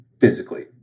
physically